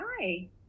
Hi